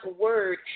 word